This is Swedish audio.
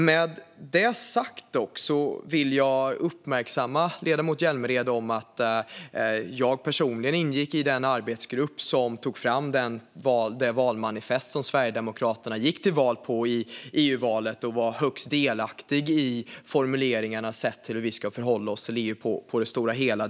Med detta sagt vill jag uppmärksamma ledamoten Hjälmered på att jag personligen ingick i den arbetsgrupp som tog fram det valmanifest som Sverigedemokraterna gick till val på i EU-valet och var högst delaktig i formuleringarna om hur vi ska förhålla oss till EU på det stora hela.